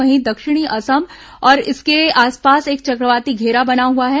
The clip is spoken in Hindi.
वहीं दक्षिण असम और उसके आसपास एक चक्रवाती घेरा बना हआ है